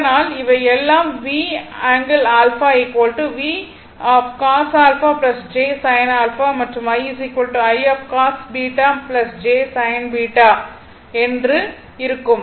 அதனால் இவை எல்லாம் V∠α V cos α j sin α மற்றும் I I cos β j sin β என்று இருக்கும்